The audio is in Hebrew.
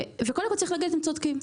קודם כול צריך להגיד שהם צודקים,